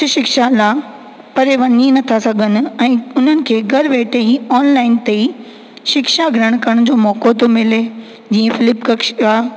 उच शिक्षा लाइ परे वञी नथा सघनि ऐं उन्हनि खे घर वेठे ई ऑनलाइन ते ई शिक्षा ग्रहण करण जो मौको थो मिले जीअं फ्लिप कक्षा